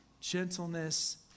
gentleness